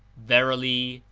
verily,